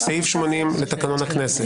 סעיף 80 לתקנון הכנסת,